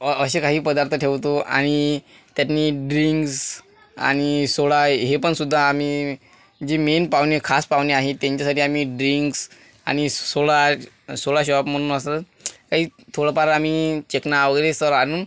असे काही पदार्थ ठेवतो आणि त्यातून ड्रिंक्स आणि सोडा हे पण सुद्धा आम्ही जे मेन पाहुणे खास पाहुणे आहेत त्यांच्यासाठी आम्ही ड्रिंक्स आणि सोडा सोडा शॉप म्हणून असं काही थोडंफार आम्ही चकना वगैरे हे सर्व आणून